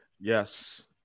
Yes